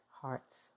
hearts